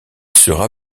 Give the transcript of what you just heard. sera